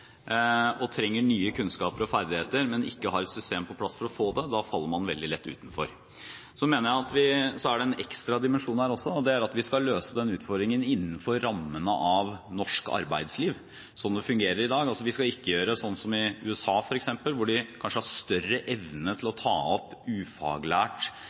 og trenger nye kunnskaper og ferdigheter, men det ikke er et system på plass for å få det. Det er også en ekstra dimensjon her. Det er at vi skal løse den utfordringen innenfor rammene av norsk arbeidsliv, slik det fungerer i dag. Vi skal ikke gjøre som f.eks. i USA, hvor man kanskje har større evne til å ta opp ufaglært,